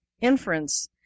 inference